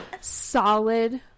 solid